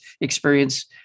experience